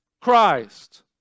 Christ